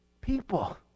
people